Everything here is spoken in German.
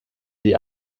die